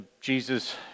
Jesus